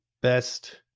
best